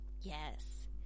Yes